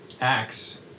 acts